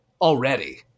already